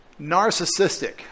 narcissistic